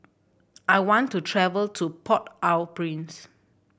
I want to travel to Port Au Prince